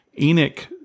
Enoch